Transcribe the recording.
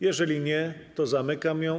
Jeżeli nie, to zamykam ją.